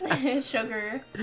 Sugar